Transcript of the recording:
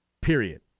period